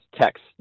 text